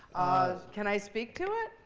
can i speak to it?